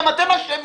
גם אתם אשמים.